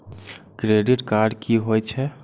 Credit card की होई छै?